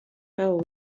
hole